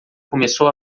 começou